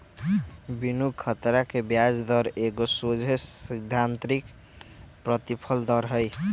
बिनु खतरा के ब्याज दर एगो सोझे सिद्धांतिक प्रतिफल दर हइ